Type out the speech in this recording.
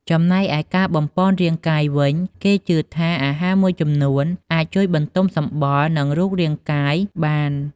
ចំណែកឯ ការបំប៉នរាងកាយវិញ គេជឿថាអាហារមួយចំនួនអាចជួយបន្ទំសម្បុរ និងរូបរាងកាយបាន។